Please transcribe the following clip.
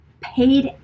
paid